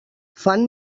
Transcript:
fan